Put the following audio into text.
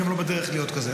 וגם לא בדרך להיות כזה.